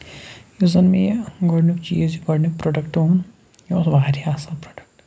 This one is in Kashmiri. یُس زَن مےٚ یہِ گۄڈنیُک چیٖز یہِ گۄڈنیُک پرٛوڈَکٹ اوٚن یہِ اوس واریاہ اَصٕل پرٛوڈَکٹ